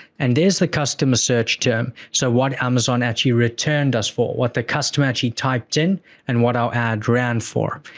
and there's the customer search term, so what amazon actually returned us for, what the customer actually typed in and what our ad ran for.